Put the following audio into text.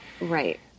Right